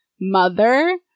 mother